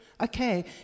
okay